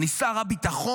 אני שר הביטחון.